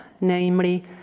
namely